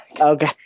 Okay